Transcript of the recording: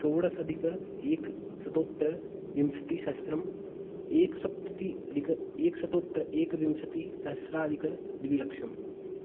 षोडशाधिक एकशतोत्तर विंशतिसहस्त्रम् एकसप्तति अधिक एकशतोत्तर एकविंशति सहस्राधिक द्विलक्षम्